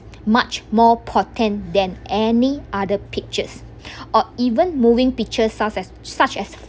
much more potent than any other pictures or even moving pictures such as such as